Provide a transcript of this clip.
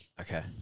Okay